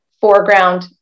foreground